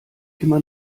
immer